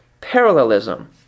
parallelism